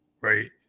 Right